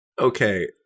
Okay